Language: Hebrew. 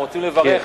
הם רוצים לברך,